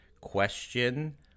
question